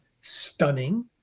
stunning